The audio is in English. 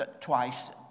twice